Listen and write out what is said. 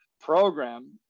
program